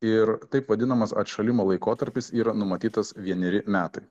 ir taip vadinamas atšalimo laikotarpis yra numatytas vieneri metai